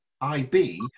IB